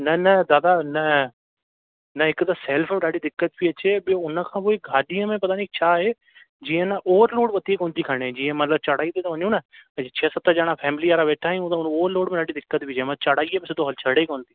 न न दादा न न हिकु त सैल्फ में ॾाढी दिक़त पेई अचे ॿियों हुन खां पोइ गाॾीअ में पता नी छा आहे जीअं न ओवर लोड मथे कोन थी खणे जीअं मतलबु चढ़ाई ते त वञूं न त छह सत ॼणा फैमिली वारा वेठा आहियूं त हुन में ओवर लोड में ॾाढी दिक़त पेई अचे चढ़ाईअ में सिधो चढ़े कोन थी